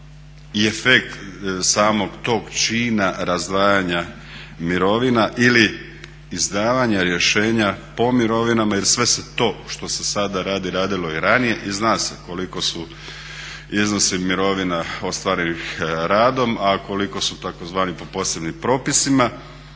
i efekt samog tog čina razdvajanja mirovina ili izdavanja rješenja po mirovinama jer sve se to što se sada radi radilo i ranije i zna se koliko su iznosi mirovina ostvarenih radom a koliko su tzv. po posebnim propisima